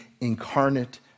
incarnate